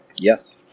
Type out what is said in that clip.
Yes